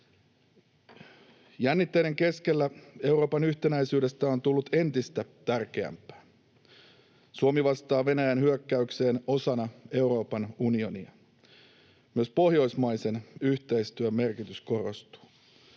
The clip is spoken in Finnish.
Jännitteiden keskellä Euroopan yhtenäisyydestä on tullut entistä tärkeämpää. Suomi vastaa Venäjän hyökkäykseen osana Euroopan unionia. Myös pohjoismaisen yhteistyön merkitys korostuu.